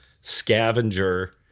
scavenger